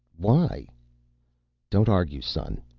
why don't argue, son.